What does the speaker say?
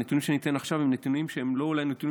הנתונים שאני אתן עכשיו הם נתונים שאולי הם לא מושלמים,